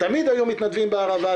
תמיד היו מתנדבים בערבה,